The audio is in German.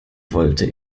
wollte